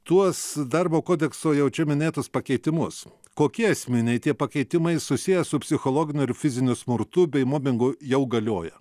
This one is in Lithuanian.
tuos darbo kodekso jau čia minėtus pakeitimus kokie esminiai tie pakeitimai susiję su psichologiniu ir fiziniu smurtu bei mobingu jau galioja